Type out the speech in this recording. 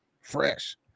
fresh